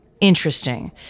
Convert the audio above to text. interesting